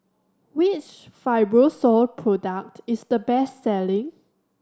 which Fibrosol product is the best selling